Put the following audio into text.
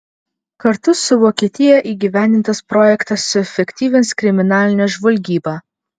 kartu su vokietija įgyvendintas projektas suefektyvins kriminalinę žvalgybą